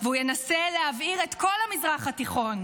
והוא ינסה להבעיר את כל המזרח התיכון.